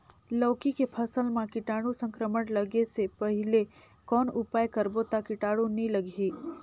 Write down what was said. लौकी के फसल मां कीटाणु संक्रमण लगे से पहले कौन उपाय करबो ता कीटाणु नी लगही?